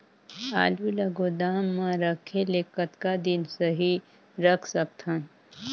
आलू ल गोदाम म रखे ले कतका दिन सही रख सकथन?